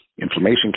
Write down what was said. inflammation